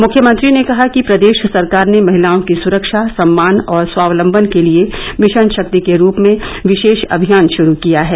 मुख्यमंत्री ने कहा कि प्रदेश सरकार ने महिलाओं की सुरक्षा सम्मान और स्वावलंबन के लिए मिशन शक्ति के रूप में विशेष अभियान शुरू किया है